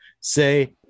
Say